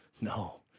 No